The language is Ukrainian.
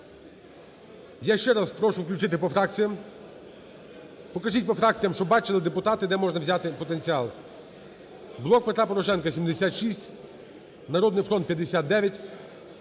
Я ще раз прошу включити по фракціям. Покажіть по фракціям, щоб бачили депутати де можна взяти потенціал. "Блок Петра Порошенка" – 76, "Народний фронт" –